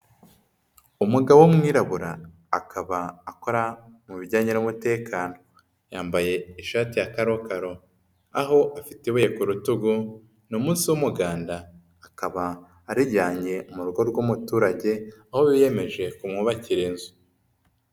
Umugabo w'umwirabura akaba akora mu bijyanye n'umutekano. Yambaye ishati ya karokaro, aho afite ibuye ku rutugu, ni umunsi w'umuganda, akaba ajyanye mu rugo rw'umuturage aho biyemeje kumwubakira inzu.